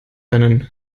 einen